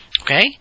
Okay